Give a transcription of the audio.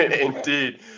Indeed